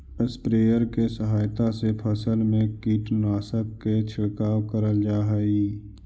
sprayer के सहायता से फसल में कीटनाशक के छिड़काव करल जा हई